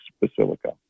Basilica